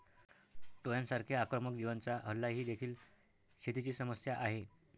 टोळांसारख्या आक्रमक जीवांचा हल्ला ही देखील शेतीची समस्या आहे